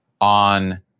on